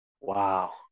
Wow